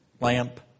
lamp